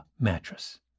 mattress